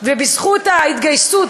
ובזכות ההתגייסות,